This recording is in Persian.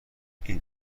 این